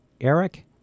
Eric